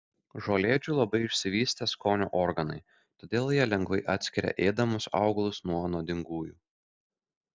žolėdžių labai išsivystę skonio organai todėl jie lengvai atskiria ėdamus augalus nuo nuodingųjų